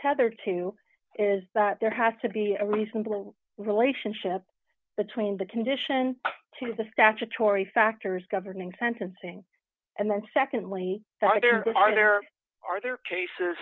tethered to is that there has to be a reasonable relationship between the condition to the statutory factors governing sentencing and then secondly that there are there are there are